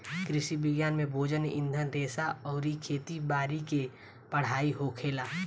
कृषि विज्ञान में भोजन, ईंधन रेशा अउरी खेती बारी के पढ़ाई होखेला